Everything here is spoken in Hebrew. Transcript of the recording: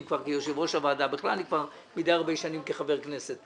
או כמו ארצות הברית?